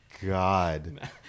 God